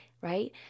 right